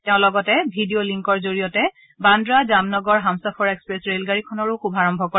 তেওঁ লগতে ভিডিঅ লিংকৰ জৰিয়তে বাদ্ৰা জামনগৰ হামচফৰ এক্সপ্ৰেছ ৰে'লগাড়ীখনৰো শুভাৰম্ভ কৰে